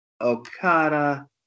Okada